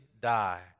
die